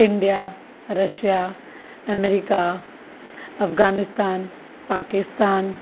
India Russia America Afghanistan Pakistan